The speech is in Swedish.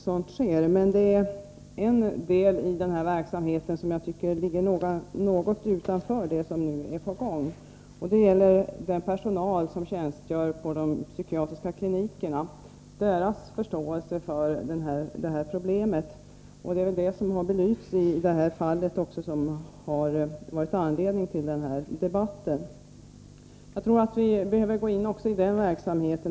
Mer det är en del i den här verksamheten som, tycker jag, ligger något utanför det som nu är på gång — jag tänker på den personal som tjänstgör på de psykiatriska klinikerna och dess förståelse för det här problemet. Det har också belysts av det fall som givit anledning till debatten. Jag tror att vi behöver gå in också i den verksamheten.